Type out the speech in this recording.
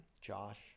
Josh